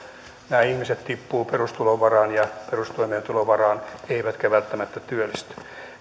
nämä ihmiset tippuvat perustulon varaan perustoimeentulon varaan eivätkä välttämättä työllisty